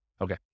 Okay